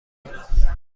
کنم